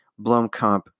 Blomkamp